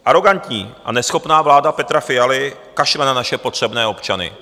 Arogantní a neschopná vláda Petra Fialy kašle na naše potřebné občany.